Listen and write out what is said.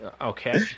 Okay